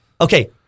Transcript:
Okay